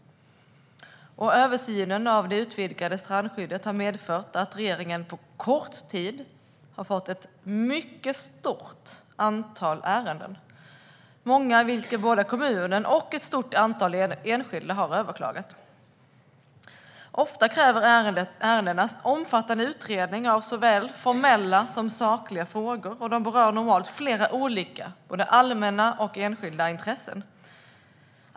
Översynen av det utvidgade strandskyddet har medfört att regeringen på kort tid har fått in ett mycket stort antal ärenden, många i vilka såväl kommunen som ett stort antal enskilda har överklagat. Ofta kräver ärendena omfattande utredning av såväl formella som sakliga frågor, och de berör normalt flera olika allmänna och enskilda intressen.